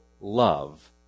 love